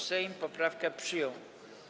Sejm poprawkę przyjął.